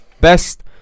best